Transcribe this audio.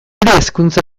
hezkuntza